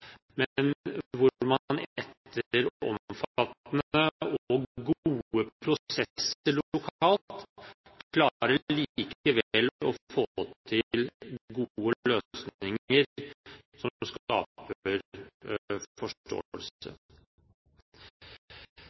men hvor man etter omfattende og gode prosesser lokalt likevel klarer å få til gode løsninger som